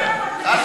חזן,